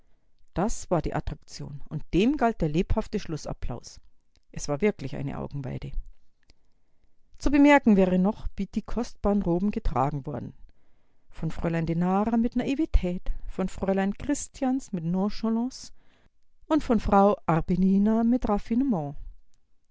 das war die attraktion und dem galt der lebhafte schlußapplaus es war wirklich eine augenweide zu bemerken wäre noch wie die kostbaren roben getragen worden von fräulein denera mit naivität von fräulein christians mit nonchalance und von frau arbenina mit raffinement